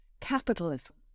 Capitalism